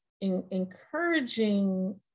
encouraging